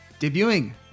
Debuting